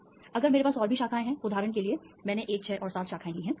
अब अगर मेरे पास और भी शाखाएँ हैं उदाहरण के लिए मैंने 1 6 और 7 शाखाएँ ली हैं